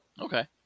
Okay